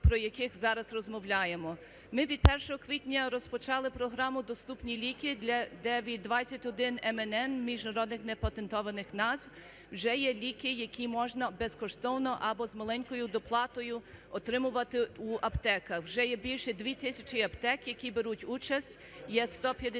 про які зараз розмовляємо. Ми від 1 квітня розпочали програму "Доступні ліки" для 9.20.1 МНН (міжнародних непатентованих назв). Вже є ліки, які можна безкоштовно або з маленькою доплатою отримувати у аптеках. Вже є більше двох тисяч аптек, які беруть участь, є 157